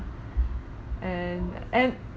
and and